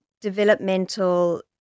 developmental